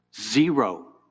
Zero